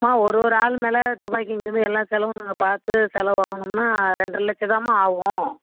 அம்மா ஒரு ஒரு ஆள் மேலே துபாய்க்கு இங்கேருந்து எல்லா செலவும் நாங்கள் பார்த்து செலவாகணும்னால் ரெண்டர லட்சம்தாம்மா ஆகும்